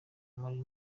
muri